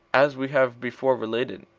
as we have before related.